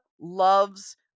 loves